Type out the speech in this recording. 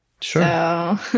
Sure